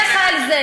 אני אענה לך על זה.